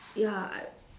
ya